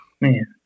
Man